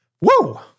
Woo